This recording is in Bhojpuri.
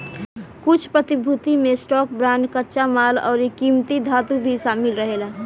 कुछ प्रतिभूति में स्टॉक, बांड, कच्चा माल अउरी किमती धातु भी शामिल रहेला